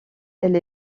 elle